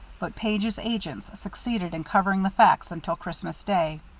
but page's agents succeeded in covering the facts until christmas day.